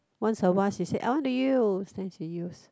once a while she say I want to use then she use